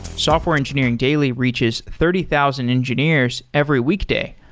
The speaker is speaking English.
software engineering daily reaches thirty thousand engineers every week day,